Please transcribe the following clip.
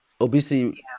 Obesity